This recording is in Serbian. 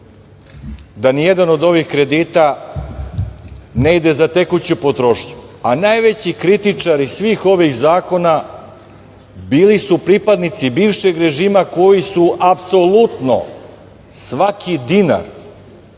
da nijedan od ovih kredita ne ide za tekuću potrošnju, a najveći kritičari svih ovih zakona bili su pripadnici bivšeg režima koji su apsolutno svaki dinar